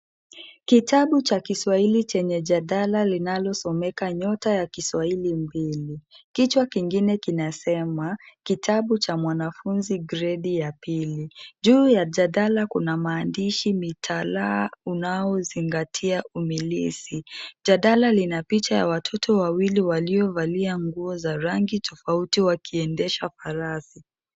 Kitabu cha Kiswahili chenye jadala linalosomeka Nyota ya Kiswahili mbili, kichwa kingine kinasema, Kitabu cha mwanafunzi gredi ya pili. Juu ya jadala kuna maandishi mitalaa unaozingatia umilisi, jadala lina picha ya watoto wawili waliovalia nguo za rangi tofauti wakiendesha farasi.